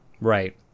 right